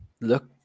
look